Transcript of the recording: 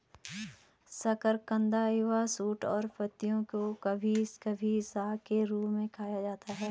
शकरकंद युवा शूट और पत्तियों को कभी कभी साग के रूप में खाया जाता है